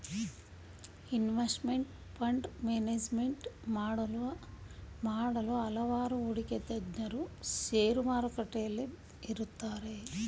investment fund management ಮಾಡಲು ಹಲವಾರು ಹೂಡಿಕೆ ತಜ್ಞರು ಶೇರು ಮಾರುಕಟ್ಟೆಯಲ್ಲಿ ಇರುತ್ತಾರೆ